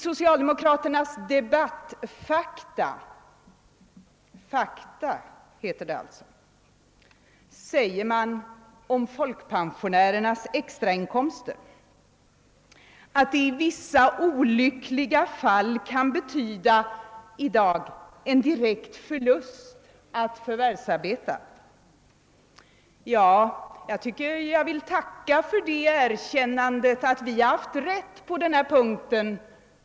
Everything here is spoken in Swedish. I socialdemokraternas »Debattfakta» — det heter alltså »fakta» — säger man om folkpensionärernas extrainkomster att det i vissa olyckliga fall kan betyda en direkt förlust att förvärvsarbeta. Jag vill tacka för erkännandet att vi har rätt på den punkten.